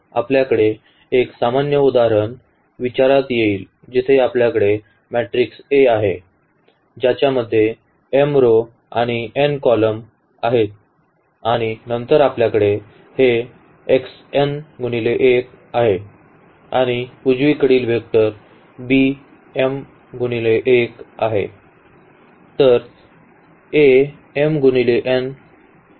आता आपल्याकडे एक सामान्य उदाहरण विचारात येईल जिथे आपल्याकडे मॅट्रिक्स A आहे ज्याच्या मध्ये m row आणि n column आहेत आणि नंतर आपल्याकडे हे आहे आणि उजवीकडील वेक्टर